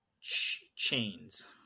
chains